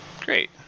Great